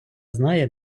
знає